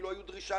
הייתה דרישה